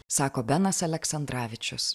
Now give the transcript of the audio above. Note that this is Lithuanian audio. sako benas aleksandravičius